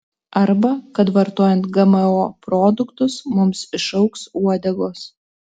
arba kad vartojant gmo produktus mums išaugs uodegos